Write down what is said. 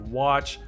watch